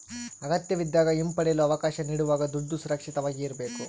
ಅಗತ್ಯವಿದ್ದಾಗ ಹಿಂಪಡೆಯಲು ಅವಕಾಶ ನೀಡುವಾಗ ದುಡ್ಡು ಸುರಕ್ಷಿತವಾಗಿ ಇರ್ಬೇಕು